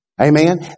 Amen